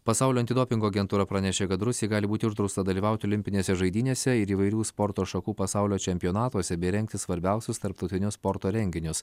pasaulio antidopingo agentūra pranešė kad rusijai gali būti uždrausta dalyvauti olimpinėse žaidynėse ir įvairių sporto šakų pasaulio čempionatuose bei rengti svarbiausius tarptautinius sporto renginius